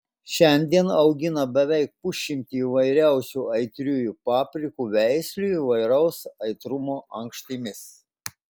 šiandien augina beveik pusšimtį įvairiausių aitriųjų paprikų veislių įvairaus aitrumo ankštimis